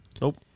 Nope